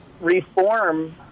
reform